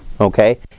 okay